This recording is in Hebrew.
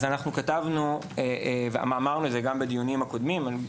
אז כתבנו וגם אמרנו את זה גם בדיונים הקודמים,